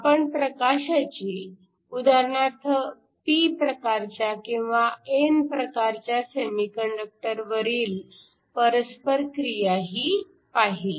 आपण प्रकाशाची उदाहरणार्थ p प्रकारच्या किंवा n प्रकारच्या सेमीकंडक्टरवरील परस्परक्रियाही पाहिली